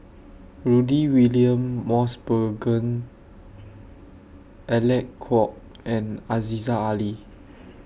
Rudy William Mosbergen Alec Kuok and Aziza Ali